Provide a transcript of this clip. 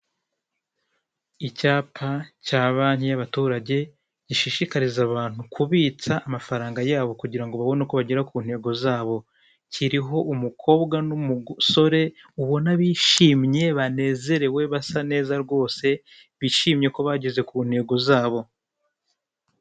Abagabo babiri bari kuri gishe, uri inyuma wambaye ishati yumukara ameze nk'aho yabonye amafaranga ye, ari kuyabara kugira ngo arebe ko yuzuye. Uwambaye ishati y'umweru we ntabwo arayafata yose; hari ayo amajije gufata, andi aracyari kuri gishe.